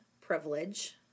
privilege